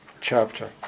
chapter